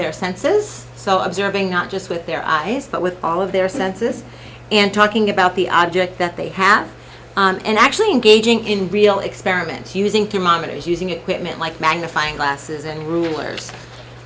their senses so observing not just with their eyes but with all of their senses and talking about the object that they have and actually engaging in real experiments using two monitors using equipment like magnifying glasses and rulers